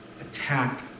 attack